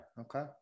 Okay